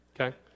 okay